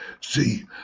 See